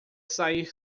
sair